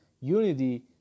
Unity